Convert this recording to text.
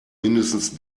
mindestens